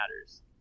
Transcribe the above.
matters